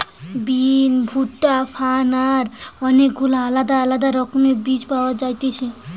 বিন, ভুট্টা, ফার্ন আর অনেক গুলা আলদা আলদা রকমের বীজ পাওয়া যায়তিছে